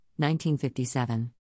1957